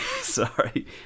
sorry